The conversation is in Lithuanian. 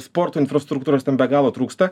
sporto infrastruktūros ten be galo trūksta